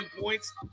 points